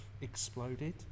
exploded